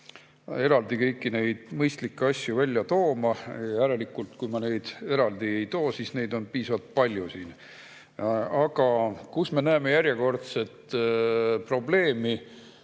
eraldi kõiki neid mõistlikke asju välja tooma. Järelikult, kui ma neid eraldi välja ei too, siis neid on siin piisavalt palju. Aga me näeme järjekordset probleemi